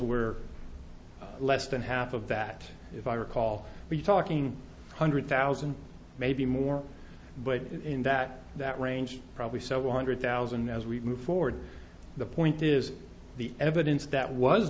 where less than half of that if i recall we're talking hundred thousand maybe more but in that that range probably several hundred thousand as we move forward the point is the evidence that was